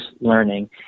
learning